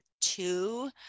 two